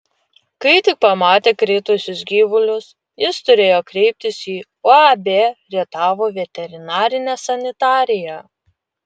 kai tik pamatė kritusius gyvulius jis turėjo kreiptis į uab rietavo veterinarinę sanitariją